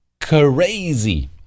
crazy